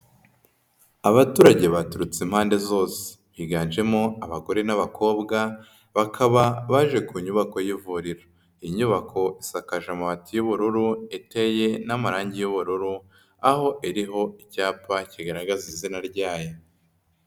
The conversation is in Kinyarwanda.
Abaturage baturutse impande zose. Higanjemo abagore n'abakobwa bakaba baje ku nyubako y'ivuriro. Inyubako isakaje amabati y'ubururu, iteye n'amarangi y'ubururu, aho iriho icyapa kigaragaza izina ryayo.